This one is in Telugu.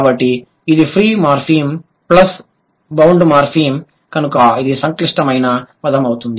కాబట్టి ఇది free morpheme plus bound morpheme కనుక ఇది సంక్లిష్టమైన పదం అవుతుంది